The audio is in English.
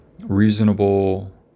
reasonable